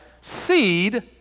seed